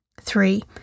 Three